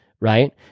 right